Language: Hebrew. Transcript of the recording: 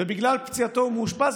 בגלל פציעתו הוא מאושפז,